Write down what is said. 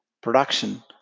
production